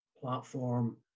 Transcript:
platform